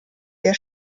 der